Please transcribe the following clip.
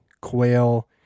quail